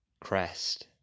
crest